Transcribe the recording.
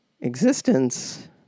existence